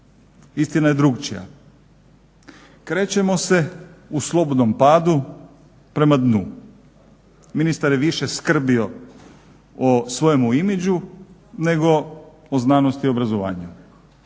Istina je drukčija. Krećemo se u slobodnom padu prema dnu. Ministar je više skrbio o svojemu imidžu nego o znanosti i obrazovanju.